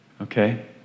okay